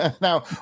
now